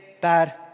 bad